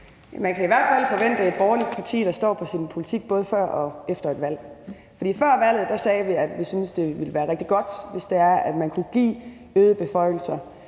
Man kan i hvert fald forvente et borgerligt parti, der står på sin politik både før og efter et valg. For før valget sagde vi, at vi syntes, det ville være rigtig godt, hvis det er, at man kunne give øgede beføjelser